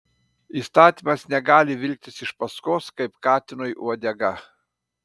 įstatymas negali vilktis iš paskos kaip katinui uodega